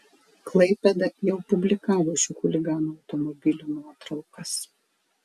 klaipėda jau publikavo šių chuliganų automobilių nuotraukas